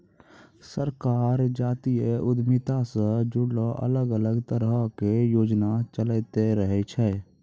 सरकार जातीय उद्यमिता से जुड़लो अलग अलग तरहो के योजना चलैंते रहै छै